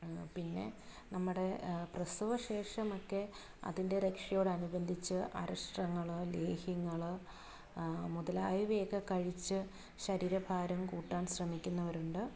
പിന്നെ നമ്മുടെ പ്രസവ ശേഷമൊക്കെ അതിൻ്റെ രക്ഷയോടനുബന്ധിച്ച് അരിഷ്ടങ്ങൾ ലേഹ്യങ്ങൾ മുതലായവയൊക്കെ കഴിച്ച് ശരീര ഭാരം കൂട്ടാൻ ശ്രമിക്കുന്നവരുണ്ട്